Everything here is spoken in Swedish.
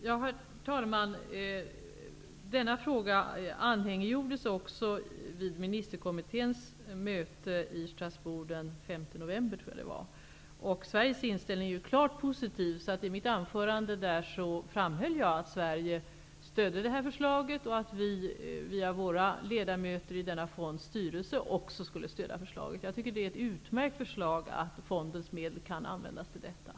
Herr talman! Denna fråga anhängiggjordes också vid ministerkommitténs möte i Strasbourg den 5 november. Sveriges inställning är klart positiv. I mitt anförande där framhöll jag att Sverige stödde detta förslag och att vi via våra ledamöter i denna fonds styrelse skulle stödja förslaget. Jag tycker att det är ett utmärkt förslag, att fondens medel kan användas till detta.